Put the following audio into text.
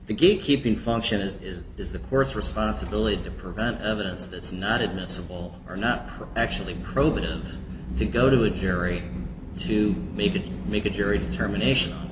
the gate keeping function as is is the worth responsibility to prevent evidence that's not admissible or not actually probative to go to a jury to maybe make a jury determination